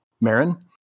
Marin